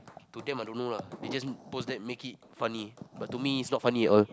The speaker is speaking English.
to them I don't know lah they just post it make it funny but to me it's not funny at all